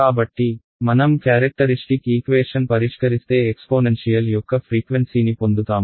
కాకాబట్టి మనం characteristic equation పరిష్కరిస్తే exponential యొక్క ఫ్రీక్వెన్సీని పొందుతాము